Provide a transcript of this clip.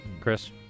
Chris